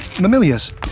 Mamilius